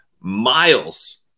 miles